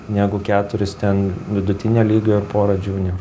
negu keturis ten vidutinio lygio ir pora džiunior